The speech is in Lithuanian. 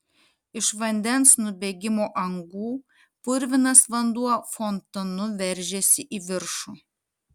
iš vandens nubėgimo angų purvinas vanduo fontanu veržėsi į viršų